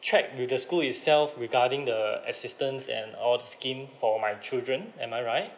check with the school itself regarding the assistance and all the scheme for my children am I right